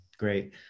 Great